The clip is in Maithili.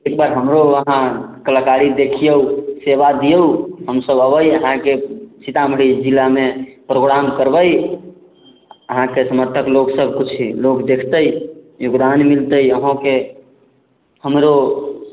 एकबार हमरो अहाँ कलाकारी देखियौ सेवा दियौ हम सब अबै अहाँके सीतामढी जिलामे प्रोग्राम करबै अहाँके समर्थक लोग सब कुछ लोग देखतै योगदान मिलतै अहॅंके हमरो